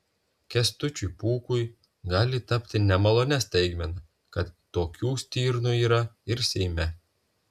kęstučiui pūkui gali tapti nemalonia staigmena kad tokių stirnų yra ir seime